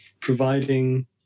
providing